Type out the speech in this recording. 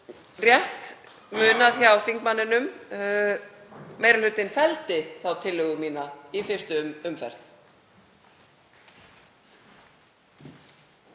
rétt munað hjá þingmanninum, meiri hlutinn felldi þá tillögu mína í fyrstu umferð.